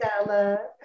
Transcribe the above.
Stella